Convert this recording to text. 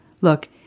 Look